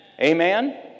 Amen